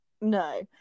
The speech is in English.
No